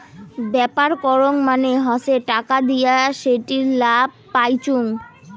ব্যাপার করং মানে হসে টাকা দিয়া সেটির লাভ পাইচুঙ